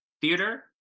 Theater